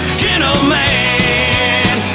gentleman